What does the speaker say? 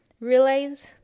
realize